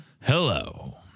Hello